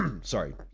sorry